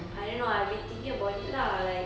I don't know I've been thinking about it lah like